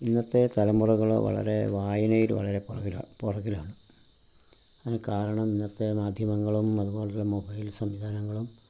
ഇന്നത്തെ തലമുറകൾ വളരെ വായനയിൽ വളരെ പുറകിലാണ് പുറകിലാണ് അതിന് കാരണം ഇന്നത്തെ മാധ്യമങ്ങളും അതുപോലുള്ള മൊബൈൽ സംവിധാനങ്ങളും